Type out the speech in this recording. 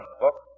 book